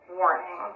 warning